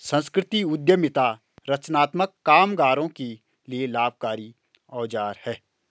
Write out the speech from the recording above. संस्कृति उद्यमिता रचनात्मक कामगारों के लिए लाभकारी औजार है